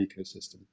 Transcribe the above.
ecosystem